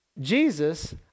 Jesus